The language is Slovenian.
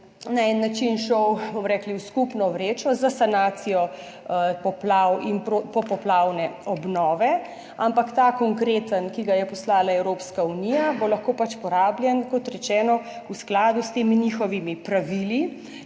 na en način šel v skupno vrečo za sanacijo poplav in popoplavne obnove, ampak ta konkreten, ki ga je poslala Evropska unija, bo lahko porabljen, kot rečeno, v skladu s temi njihovimi pravili.